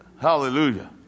Hallelujah